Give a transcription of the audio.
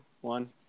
one